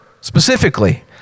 specifically